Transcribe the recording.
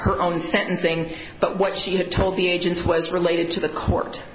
her own sentencing but what she told the agents was related to the court